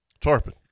tarpon